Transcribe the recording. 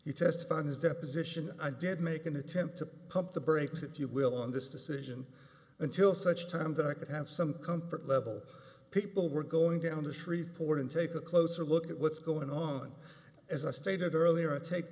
he testified in his deposition i did make an attempt to pump the brakes if you will on this decision until such time that i could have some comfort level people were going down to shreveport and take a closer look at what's going on as i stated earlier take